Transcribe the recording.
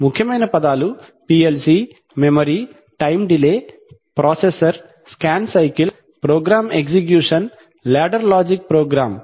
ముఖ్యమైన పదాలు PLC memory time delay processor scan cycle program execution ladder logic programme